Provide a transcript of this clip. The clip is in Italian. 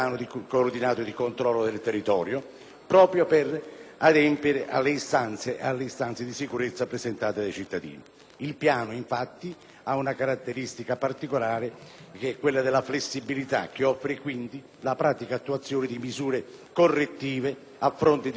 proprio per adempiere alle istanze di sicurezza presentate dai cittadini. Il piano infatti ha una caratteristica particolare che è quella della flessibilità, che offre quindi la pratica attuazione di misure correttive a fronte di fenomeni di criminalità diffusa.